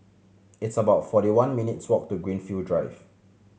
it's about forty one minutes' walk to Greenfield Drive